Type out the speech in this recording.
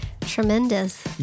Tremendous